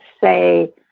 say